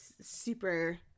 super